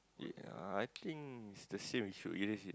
ya I think it's the same you should erase it